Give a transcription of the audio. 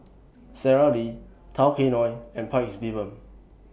Sara Lee Tao Kae Noi and Paik's Bibim